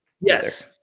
Yes